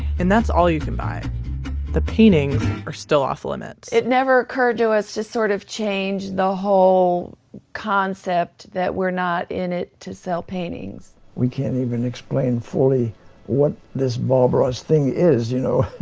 and that's all you can buy the paintings are still off limits. it never occurred to us to sort of change the whole concept that we're not in it to sell paintings. we can't even explain fully what this bob ross thing is, you know?